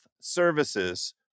Services